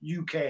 UK